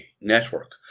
network